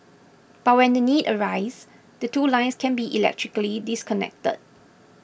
but when the need arises the two lines can be electrically disconnected